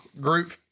group